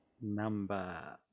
number